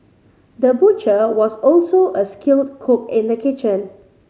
the butcher was also a skilled cook in the kitchen